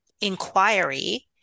inquiry